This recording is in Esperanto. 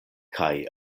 kaj